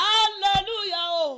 Hallelujah